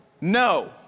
no